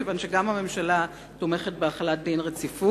כיוון שגם הממשלה תומכת בהחלת דין הרציפות,